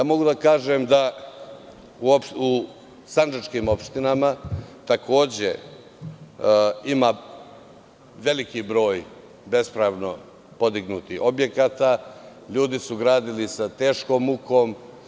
Mogu da kažem da u sandžančkim opštinama, takođe, ima veliki broj bespravno podignutih objekata, ljudi su gradili sa teškom mukom.